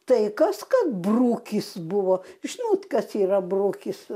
tai kas kad brukis buvo žinot kas yra brukis